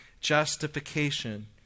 justification